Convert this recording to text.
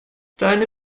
deine